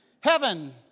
Heaven